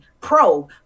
pro